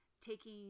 taking